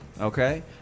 Okay